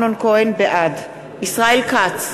בעד ישראל כץ,